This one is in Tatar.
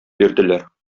бирделәр